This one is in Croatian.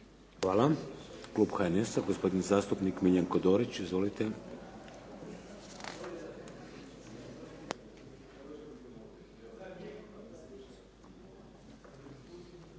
(HDZ)** Klub HNS-a, gospodin zastupnik Miljenko Dorić. Izvolite.